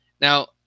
Now